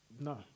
No